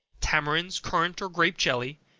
tamarinds, currant or grape jelly,